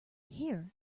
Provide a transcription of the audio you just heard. here